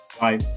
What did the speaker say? Bye